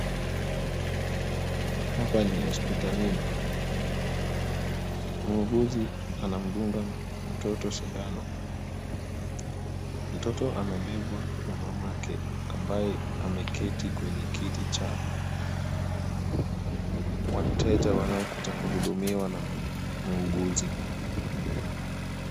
Hapa ni hospitalini. Muuguzi anamdunga mtoto sindano. Mtoto amebebwa na mamake ambaye ameketi kwenye kiti cha wateja wanaokuja kuhudumiwa na muuguzi.